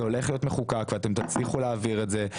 זה הולך להיות מחוקק ואתם תצליחו להעביר את זה,